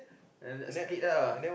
split ah